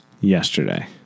yesterday